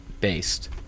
Based